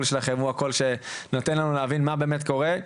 שלכם הוא הקול שנותן לנו להבין מה באמת קורה.